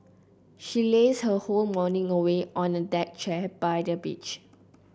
she lazed her whole morning away on a deck chair by the beach